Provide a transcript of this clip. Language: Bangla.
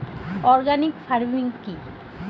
অর্গানিক ফার্মিং কি?